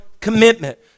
commitment